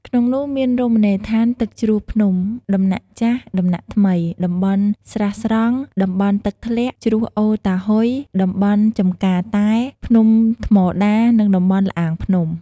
ក្នុងនោះមានរមណីយដ្ឋានទឹកជ្រោះភ្នំ ដំណាក់ចាស់ ដំណាក់ថ្មី តំបន់ស្រះស្រង់ តំបន់ទឹកធ្លាក់ ជ្រោះអូរតាហ៊ុយ តំបន់ចំការតែ ភ្នំថ្មដា និងតំបន់ល្អាងភ្នំ។